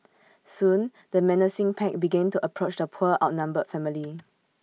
soon the menacing pack began to approach the poor outnumbered family